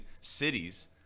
cities